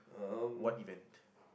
what event